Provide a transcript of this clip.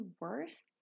worse